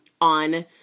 on